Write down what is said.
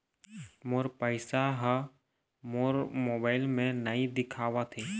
मोर पैसा ह मोर मोबाइल में नाई दिखावथे